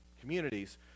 communities